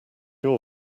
your